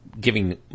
giving